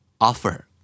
Offer